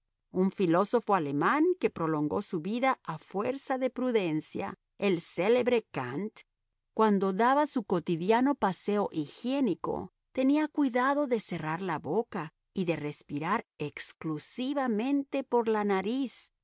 un filósofo alemán que prolongó su vida a fuerza de prudencia el célebre kant cuando daba su cotidiano paseo higiénico tenía cuidado de cerrar la boca y de respirar exclusivamente por la nariz